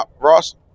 Ross